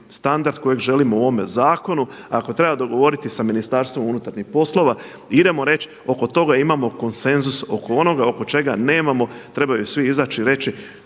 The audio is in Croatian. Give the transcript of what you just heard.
kojeg želimo u ovome zakone, ako treba dogovoriti sa MUP-om i idemo reći oko toga imamo konsenzus. Oko onoga oko čega nemamo trebaju svi izaći i reći